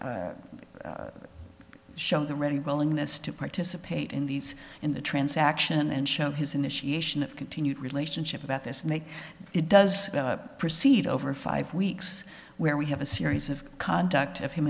our show the ready willingness to participate in these in the transaction and show his initiation of continued relationship about this make it does proceed over five weeks where we have a series of conduct of him